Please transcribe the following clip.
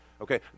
okay